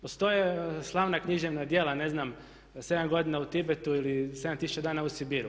Postoje slavna književna djela, ne znam „7 godina u Tibetu“ ili „7000 dana u Sibiru“